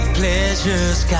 pleasures